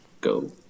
go